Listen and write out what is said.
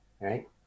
right